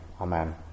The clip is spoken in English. amen